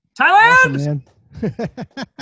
Thailand